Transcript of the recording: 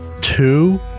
two